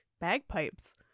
bagpipes